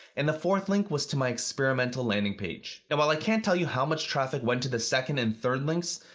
and the fourth link was to my experimental landing page. and while i can't tell you how much traffic went to the second and third links,